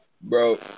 bro